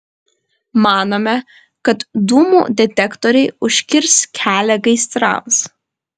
manome kad dūmų detektoriai užkirs kelią gaisrams